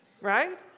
Right